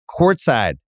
courtside